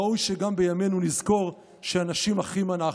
ראוי שגם בימינו נזכור שאנשים אחים אנחנו.